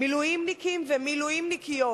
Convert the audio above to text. מילואימניקים ומילואימניקיות,